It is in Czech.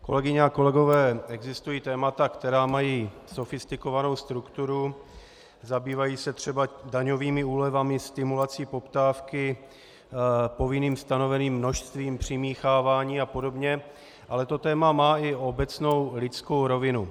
Kolegyně a kolegové, existují témata, která mají sofistikovanou strukturu, zabývají se třeba daňovými úlevami, stimulací poptávky, povinným stanoveným množstvím přimíchávání apod., ale to téma má i obecnou lidskou rovinu.